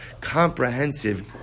comprehensive